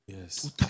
Yes